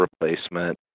replacement